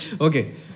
Okay